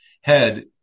head